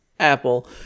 apple